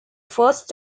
first